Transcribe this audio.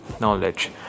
knowledge